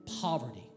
poverty